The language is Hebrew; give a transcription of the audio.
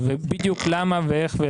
בדיוק למה ואיך.